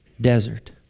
desert